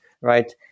right